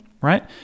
right